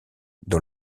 dans